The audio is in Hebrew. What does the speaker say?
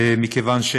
כי,